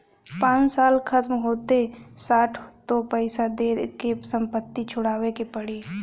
पाँच साल खतम होते साठ तो पइसा दे के संपत्ति छुड़ावे के पड़ी